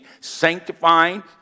sanctifying